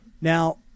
Now